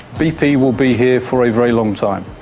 bp will be here for a very long time.